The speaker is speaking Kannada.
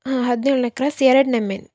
ಹಾಂ ಹದಿನೇಳನೇ ಕ್ರಾಸ್ ಎರಡನೇ ಮೇನ್